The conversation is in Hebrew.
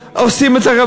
הורסים את העניין החברתי,